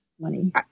money